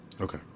Okay